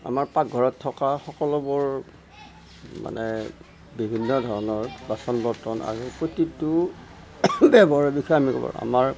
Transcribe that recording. আমাৰ পাকঘৰত থকা সকলোবোৰ মানে বিভিন্ন ধৰণৰ বাচন বৰ্তন আৰু প্ৰত্যেকটো ব্যৱহাৰৰ বিষয়ে আমি আমাৰ